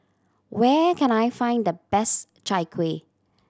where can I find the best Chai Kueh